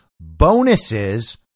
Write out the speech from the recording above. bonuses